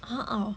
uh uh